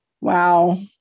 Wow